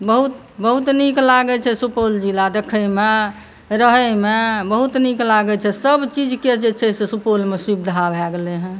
बहुत बहुत नीक लागै छै सुपौल जिला देखैमे रहैमे बहुत नीक लागै छै सभ चीजके जे छै से सुपौलमे सुविधा भऽ गेलै हँ